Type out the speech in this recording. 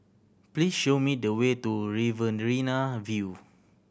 please show me the way to Riverina View